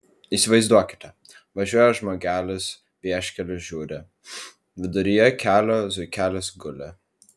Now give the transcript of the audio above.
įsivaizduokite važiuoja žmogelis vieškeliu žiūri viduryje kelio zuikelis guli